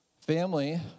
family